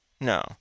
No